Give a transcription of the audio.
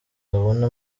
babona